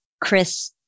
Chris